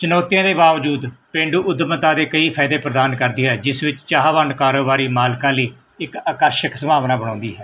ਚੁਣੌਤੀਆਂ ਦੇ ਬਾਵਜੂਦ ਪੇਂਡੂ ਉਦਮਤਾ ਦੇ ਕਈ ਫਾਇਦੇ ਪ੍ਰਦਾਨ ਕਰਦੇ ਹੈ ਜਿਸ ਵਿੱਚ ਚਾਹਵਾਨ ਕਾਰੋਬਾਰੀ ਮਾਲਕਾਂ ਲਈ ਇੱਕ ਅਕਰਸ਼ਕ ਸਭਾਵਨਾ ਬਣਾਉਂਦੀ ਹੈ